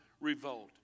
Revolt